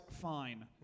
fine